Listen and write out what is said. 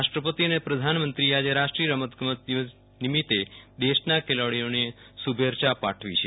ઉપરાષ્ટ્રપતિ અને પ્રધાનમંત્રીએ આજે રાષ્ટ્રીય રમતગમત દિવસ નિમિત્તે દેશના ખેલાડીઓને શુભેચ્છા પાઠવી છે